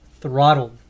throttled